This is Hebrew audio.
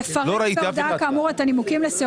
איפה אגף התקציבים?